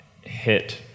hit